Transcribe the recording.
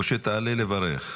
או שתעלה לברך.